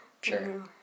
Sure